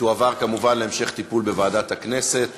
התשע"ו 2015, לוועדת הכנסת נתקבלה.